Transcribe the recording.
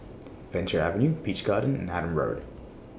Venture Avenue Peach Garden and Adam Road